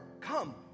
Come